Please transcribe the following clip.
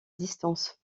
distance